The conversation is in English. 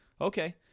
okay